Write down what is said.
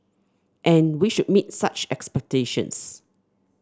and we should meet such expectations